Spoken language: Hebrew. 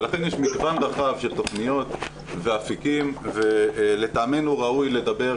ולכן יש מגוון רחב של תכניות ואפיקים ולטעמנו ראוי לדבר